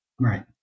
Right